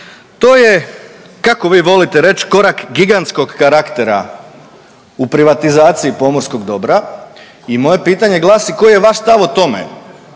To je kako vi volite reći, korak gigantskog karaktera u privatizaciji pomorskog dobra. I moje pitanje glasi koji je vaš stav o tome?